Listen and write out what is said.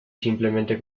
simplemente